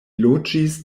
loĝis